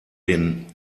den